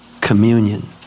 Communion